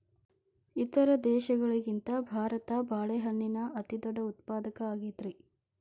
ಇತರ ದೇಶಗಳಿಗಿಂತ ಭಾರತ ಬಾಳೆಹಣ್ಣಿನ ಅತಿದೊಡ್ಡ ಉತ್ಪಾದಕ ಆಗೈತ್ರಿ